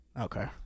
Okay